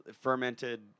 fermented